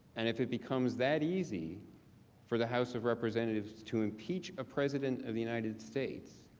and if it becomes that easy for the house of representatives to impeach a president of the united states,